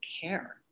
care